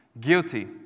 Guilty